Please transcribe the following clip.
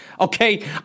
Okay